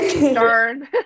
Darn